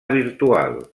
virtual